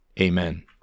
Amen